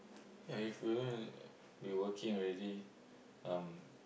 ya if we're gonna be working already um